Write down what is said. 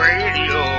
Radio